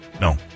No